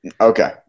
Okay